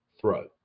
throw